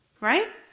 right